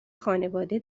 خانواده